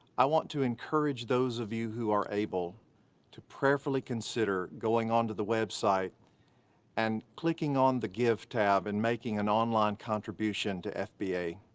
i want to encourage those of you who are able to prayerfully consider going onto the website and clicking on the give tab and making an online contribution to fba.